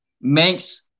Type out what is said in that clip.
makes